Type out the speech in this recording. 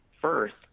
First